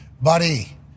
Buddy